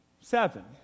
seven